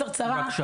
רבה.